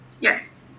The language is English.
Yes